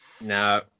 No